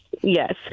yes